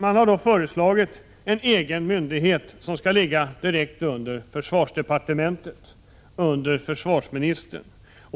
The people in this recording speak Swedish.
Man har då föreslagit en egen myndighet som skall ligga direkt under försvarsdepartementet, under försvarsministern.